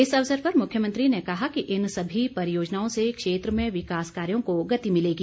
इस अवसर पर मुख्यमंत्री ने कहा कि इन सभी परियोजनाओं से क्षेत्र में विकास कार्यो को गति मिलेगी